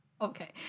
Okay